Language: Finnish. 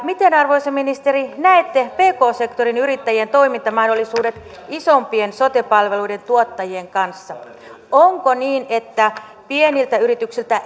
miten arvoisa ministeri näette pk sektorin yrittäjien toimintamahdollisuudet isompien sote palveluiden tuottajien kanssa onko niin että pieniltä yrityksiltä